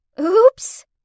Oops